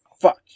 fuck